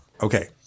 Okay